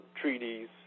Treaties